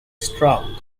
strong